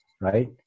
right